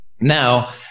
Now